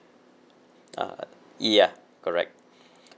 uh ya correct